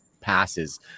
passes